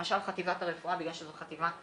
למשל חטיבת הרפואה, בגלל שזאת חטיבה עצומה,